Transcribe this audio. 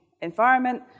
environment